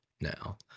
now